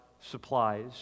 supplies